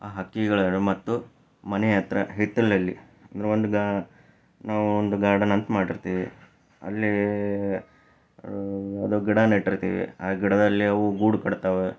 ಆ ಹಕ್ಕಿಗಳ ಮತ್ತು ಮನೆ ಹತ್ತಿರ ಹಿತ್ತಲಿನಲ್ಲಿ ಅಂದರೆ ಒಂದು ಗಾ ನಾವೊಂದು ಗಾರ್ಡನ್ ಅಂತ ಮಾಡಿರ್ತೀವಿ ಅಲ್ಲಿ ಅದು ಗಿಡ ನೆಟ್ಟಿರ್ತೀವಿ ಆ ಗಿಡದಲ್ಲಿ ಅವು ಗೂಡು ಕಟ್ತಾವೆ